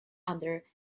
under